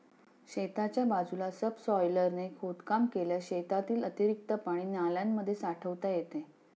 शेताच्या बाजूला सबसॉयलरने खोदकाम केल्यास शेतातील अतिरिक्त पाणी नाल्यांमध्ये साठवता येते